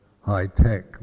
high-tech